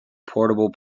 portable